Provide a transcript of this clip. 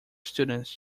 students